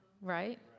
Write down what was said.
right